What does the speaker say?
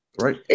right